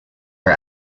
are